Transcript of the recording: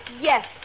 yes